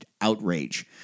outrage